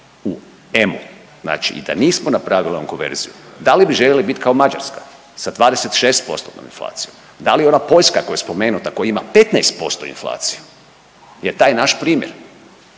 u EMU znači i da nismo napravili konverziju da li bi željeli bit kao Mađarska sa 26% inflacijom? Da li ona Poljska koja je spomenuta koja ima 15% inflaciju je taj naš primjer.